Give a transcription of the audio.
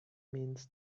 means